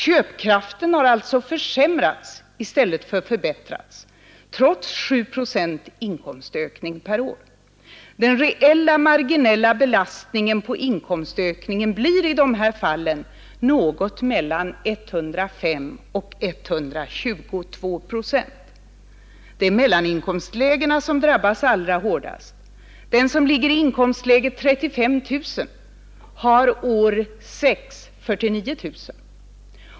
Köpkraften har alltså försämrats i stället för förbättrats trots 7 procents inkomstökning per år. Den reella marginella belastningen på inkomstökningen blir i de här fallen något mellan 105 och 122 procent. Det är mellaninkomstlägena som drabbas allra hårdast. Den som ligger i inkomstläget 35 000 har år 6 49 000.